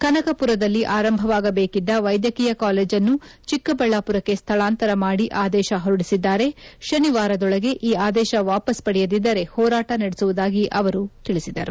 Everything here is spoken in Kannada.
ಕನಕಪುರದಲ್ಲಿ ಆರಂಭವಾಗಬೇಕಿದ್ದ ವೈದ್ಯಕೀಯ ಕಾಲೇಜನ್ನು ಚಿಕ್ಕಬಳ್ಳಾಪುರಕ್ಕೆ ಸ್ಥಳಾಂತರ ಮಾದಿ ಆದೇಶ ಹೊರಡಿಸಿದ್ದಾರೆ ಶನಿವಾರದೊಳಗೆ ಈ ಆದೇಶ ವಾಪಸ್ ಪಡೆಯದಿದ್ದರೆ ಹೋರಾಟ ನಡೆಸುವುದಾಗಿ ಅವರು ತಿಳಿಸಿದರು